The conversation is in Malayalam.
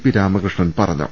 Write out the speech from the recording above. പി രാമകൃഷ്ണൻ പറഞ്ഞു